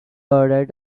ordered